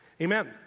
Amen